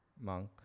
monk